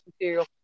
material